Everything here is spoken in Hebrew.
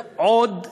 זה עוד סילוף,